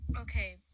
Okay